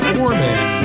Foreman